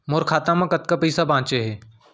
मोर खाता मा कतका पइसा बांचे हे?